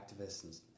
activists